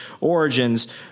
origins